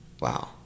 wow